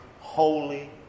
Holy